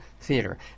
Theater